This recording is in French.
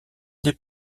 des